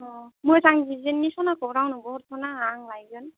अ मोजां डिजाइननि सनाखौ रावनोबो हरथ' नाङा आं लायगोन